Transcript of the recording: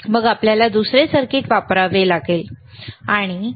मग आपल्याला दुसरे सर्किट वापरावे लागेल बरोबर